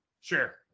Sure